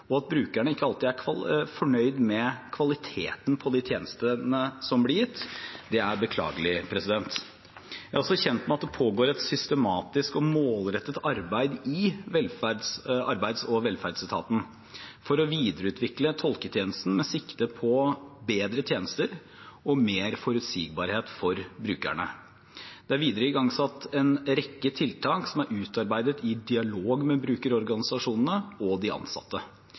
og at brukerne ikke alltid er fornøyd med kvaliteten på de tjenestene som blir gitt. Det er beklagelig. Jeg er også kjent med at det pågår et systematisk og målrettet arbeid i arbeids- og velferdsetaten for å videreutvikle tolketjenesten med sikte på bedre tjenester og mer forutsigbarhet for brukerne. Det er videre igangsatt en rekke tiltak som er utarbeidet i dialog med brukerorganisasjonene og de ansatte.